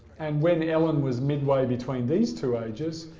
and when ellen was mid-way between these two ages,